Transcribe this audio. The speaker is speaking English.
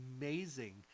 amazing